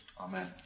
Amen